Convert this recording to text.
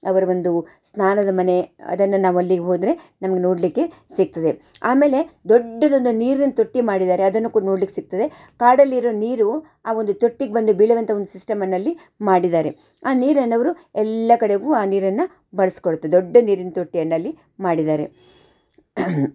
ಅವರ ಒಂದು ಸ್ನಾನದ ಮನೆ ಅದನ್ನು ನಾವಲ್ಲಿಗೆ ಹೋದರೆ ನಮ್ಗೆ ನೋಡಲಿಕ್ಕೆ ಸಿಕ್ತದೆ ಆಮೇಲೆ ದೊಡ್ಡದೊಂದು ನೀರಿನ ತೊಟ್ಟಿ ಮಾಡಿದ್ದಾರೆ ಅದನ್ನು ಕೂಡ ನೋಡ್ಲಿಕ್ಕೆ ಸಿಕ್ತದೆ ಕಾಡಲ್ಲಿರೋ ನೀರು ಆ ಒಂದು ತೊಟ್ಟಿಗೆ ಬಂದು ಬೀಳುವಂಥ ಒಂದು ಸಿಸ್ಟಮ್ಮನ್ನು ಅಲ್ಲಿ ಮಾಡಿದ್ದಾರೆ ಆ ನೀರನ್ನು ಅವರು ಎಲ್ಲ ಕಡೆಗೂ ಆ ನೀರನ್ನು ಬಳಸ್ಕೊಳ್ತಾ ದೊಡ್ಡ ನೀರಿನ ತೊಟ್ಟಿಯನ್ನು ಅಲ್ಲಿ ಮಾಡಿದ್ದಾರೆ